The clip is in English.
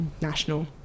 national